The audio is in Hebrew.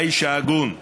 האיש ההגון,